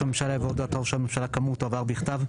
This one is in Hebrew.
הממשלה' יבוא 'הודעת ראש הממשלה כאמור תועבר בכתב'.